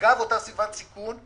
אגב אותה סביבת סיכון,